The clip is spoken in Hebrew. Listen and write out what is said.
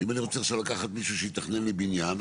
אם אני רוצה עכשיו לקחת מישהו שיתכנן לי בניין,